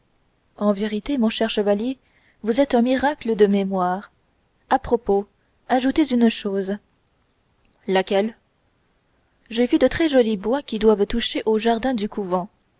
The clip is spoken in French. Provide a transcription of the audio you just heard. en vérité mon cher chevalier vous êtes un miracle de mémoire à propos ajoutez une chose laquelle j'ai vu de très jolis bois qui doivent toucher au jardin du couvent